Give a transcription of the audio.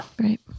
Right